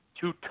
two